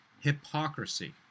hypocrisy